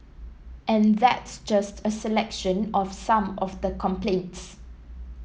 and that's just a selection of some of the complaints